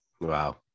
Wow